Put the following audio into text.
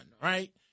right